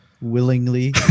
willingly